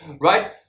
Right